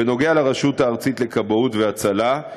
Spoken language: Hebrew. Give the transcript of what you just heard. בנוגע לרשות הארצית לכבאות והצלה,